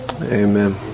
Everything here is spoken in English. amen